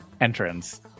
entrance